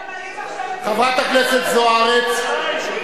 מחירי הדירות רק עולים.